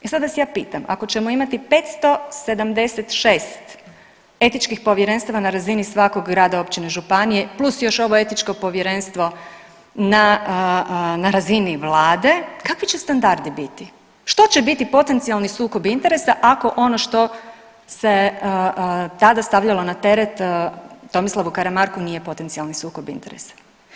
E sad vas ja pitam, ako ćemo imati 576 etičkih povjerenstava na razini svakog grada, općine, županije plus još ovo etičko povjerenstvo na, na razini vlade, kakvi će standardi biti, što će biti potencijalni sukob interesa ako ono što se tada stavljalo na teret Tomislavu Karamarku nije potencijalni sukob interesa?